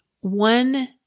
one